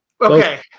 Okay